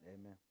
Amen